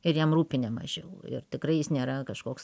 ir jam rūpi ne mažiau ir tikrai jis nėra kažkoks